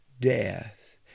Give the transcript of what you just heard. death